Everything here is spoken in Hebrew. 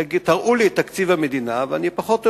תראו לי את תקציב המדינה ואני פחות או